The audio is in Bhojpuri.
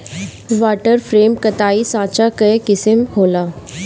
वाटर फ्रेम कताई साँचा कअ किसिम होला